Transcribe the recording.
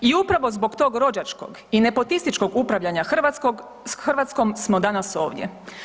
I upravo zbog tog rođačkog i nepotističkog upravljanja Hrvatskom smo danas ovdje.